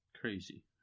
Crazy